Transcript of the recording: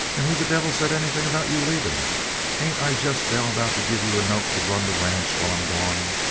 and who the devil said anything about you leaving? ain't i just now about to give you a note to run the ranch while i'm gone?